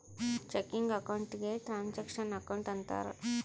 checking account ಗೆ transaction account ಅಂತಾರ